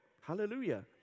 Hallelujah